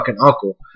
uncle